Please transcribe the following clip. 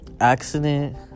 accident